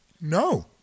No